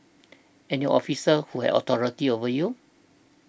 and your officer who had authority over you